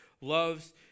loves